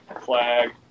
flag